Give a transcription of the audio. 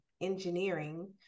engineering